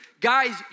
Guys